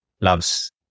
loves